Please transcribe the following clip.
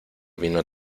vino